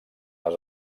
les